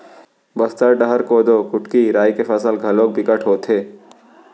बस्तर डहर कोदो, कुटकी, राई के फसल घलोक बिकट होथे